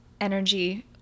energy